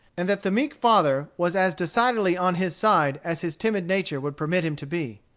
and that the meek father was as decidedly on his side as his timid nature would permit him to be.